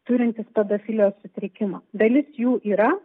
turintis pedofilijos sutrikimą dalis jų yra